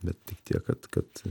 bet tik tiek kad kad